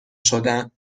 شدن